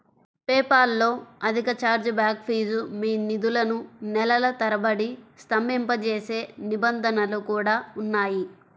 PayPal లో అధిక chargeback fees, మీ నిధులను నెలల తరబడి స్తంభింపజేసే నిబంధనలు కూడా ఉన్నాయి